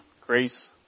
grace